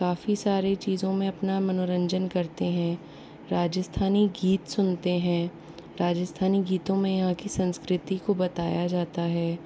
काफी सारी चीज़ों में अपना मनोरंजन करते हैं राजस्थानी गीत सुनते हैं राजस्थानी गीतों में यहाँ की संस्कृति को बताया जाता है